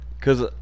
Cause